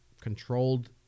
controlled